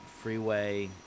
freeway